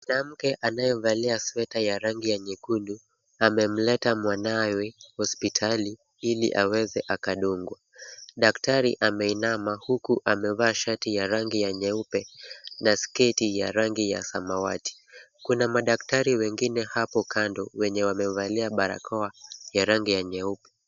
Mwanamke anayevalia sweta ya rangi ya nyekundu, amemleta mwanawe hospitali ili aweze akadungwa. Daktari ameinama huku amevaa shati ya rangi ya nyeupe na sketi ya rangi ya samawati. Kuna madaktari wengine hapo kando wenye wamevalia barakoa ya rangi ya nyeupe.